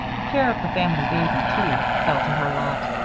the care of the family baby, too, fell to her lot.